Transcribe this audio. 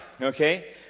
okay